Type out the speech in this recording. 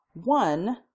One